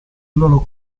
loro